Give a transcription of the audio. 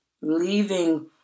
leaving